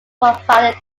provided